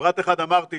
פרט אחד אמרתי,